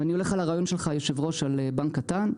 ואני הולך על הרעיון שלך, היושב ראש, על בנק קטן,